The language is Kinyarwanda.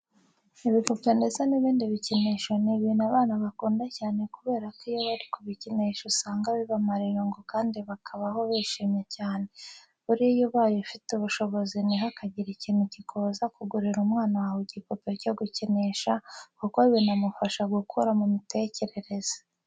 Ibipupe ndetse n'ibindi bikinisho ni ibintu abana bakunda cyane kubera ko iyo bari kubikinisha usanga bibamara irungu kandi bakabaho bishimye cyane. Buriya ubaye ufite ubushobozi ntihakagire ikintu kikubuza kugurira umwana wawe igipupe cyo gukinisha, kuko binamufasha gukura mu mitekerereze.